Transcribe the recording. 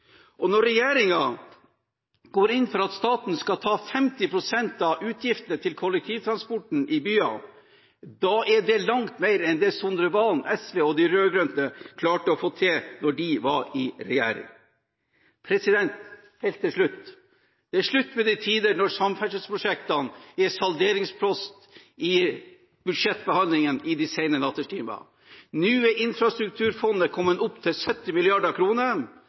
Og når regjeringen går inn for at staten skal ta 50 pst. av utgiftene til kollektivtransporten i byene, er det langt mer enn det Snorre Serigstad Valen, SV og de rød-grønne klarte å få til da de var i regjering. Helt til slutt: Det er slutt på de tider da samferdselsprosjektene var salderingspost i budsjettbehandlingen i de sene nattetimer. Nå er infrastrukturfondet kommet opp i 70